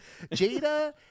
Jada